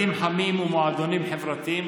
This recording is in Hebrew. בתים חמים ומועדונים חברתיים.